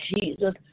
Jesus